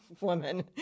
woman